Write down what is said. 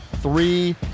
three